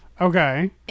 Okay